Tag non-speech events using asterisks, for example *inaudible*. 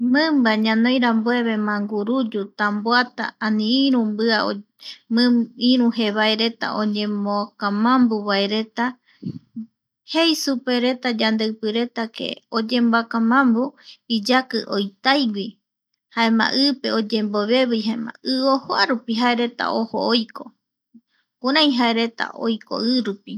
Mimba ñanoirambueve, manguruyu, tamboata ani iru *unintelligible* iru jevaereta oyemokamambuvaereta jei supereta yandeipireta que oyemoakamambu iyaki oitaigui jaema i pe oyemo vevii jaema i ojoarupi jaereta ojo oiko jokurai jaereta oiko i rupi.